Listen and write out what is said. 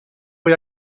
voy